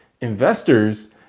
investors